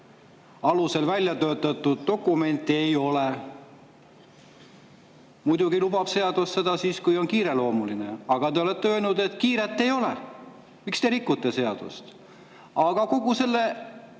alusel väljatöötatud dokumenti ei ole. Muidugi lubab seadus seda siis, kui [eelnõu] on kiireloomuline, aga te olete öelnud, et kiiret ei ole. Miks te rikute seadust? Aga kogu selle